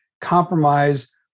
compromise